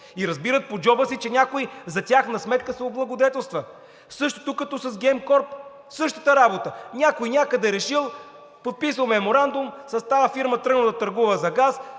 – разбират по джоба си, че някой за тяхна сметка се облагодетелства. Същото като с Gemcorp. Същата работа. Някой някъде решил – подписва меморандум с тази фирма тръгнал, да търгува за газ,